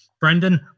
Brendan